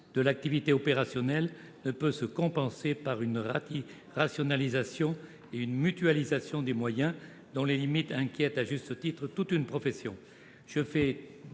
de l'activité opérationnelle ne peut se compenser par une rationalisation et une mutualisation des moyens, dont les limites inquiètent à juste titre toute une profession.